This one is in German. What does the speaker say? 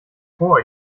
vor